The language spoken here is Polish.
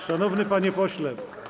Szanowny Panie Pośle!